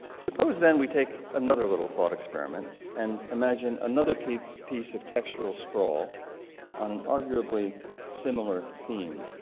suppose then we take another little thought experiment and imagine another piece piece of textual scroll on an arguably similar theme.